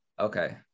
Okay